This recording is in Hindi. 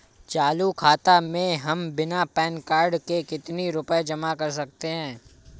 चालू खाता में हम बिना पैन कार्ड के कितनी रूपए जमा कर सकते हैं?